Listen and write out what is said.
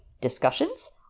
discussions